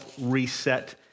reset